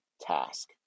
task